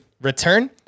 return